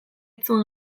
zuen